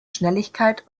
schnelligkeit